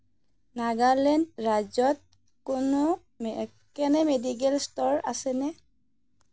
নাগালেণ্ড ৰাজ্যত কোনো কেনে মেডিকেল ষ্ট'ৰ আছেনে